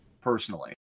personally